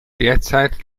derzeit